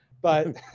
But-